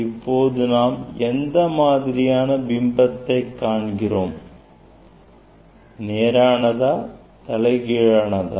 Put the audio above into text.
இப்போது நாம் எந்த மாதிரியான பிம்பத்தை காண்கிறோம் நேரானதா தலைகீழானதா